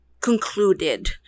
concluded